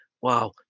wow